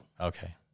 Okay